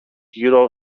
γύρω